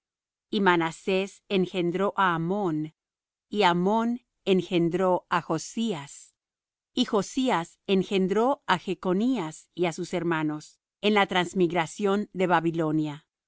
y manasés engendró á amón y amón engendró á josías y josías engendró á jechnías y á sus hermanos en la transmigración de babilonia